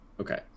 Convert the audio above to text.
Okay